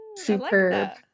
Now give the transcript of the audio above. super